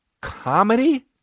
comedy